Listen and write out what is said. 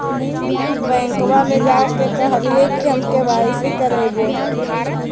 बैंकवा मे जा के कहलिऐ कि हम के.वाई.सी करईवो?